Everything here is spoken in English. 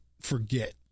forget